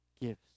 gives